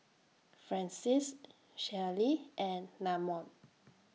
Francies Shelli and Namon